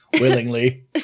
willingly